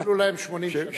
מלאו להם 80 שנה.